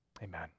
Amen